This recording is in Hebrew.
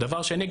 דבר שני,